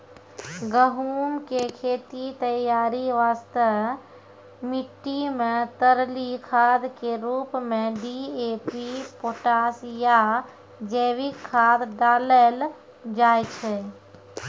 गहूम के खेत तैयारी वास्ते मिट्टी मे तरली खाद के रूप मे डी.ए.पी पोटास या जैविक खाद डालल जाय छै